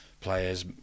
players